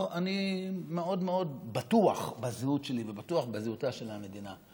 אני מאוד מאוד בטוח בזהות שלי ובטוח בזהותה של המדינה.